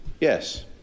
Yes